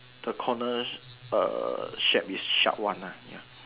the corners uh shape is sharp one ah ya